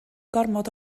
gormod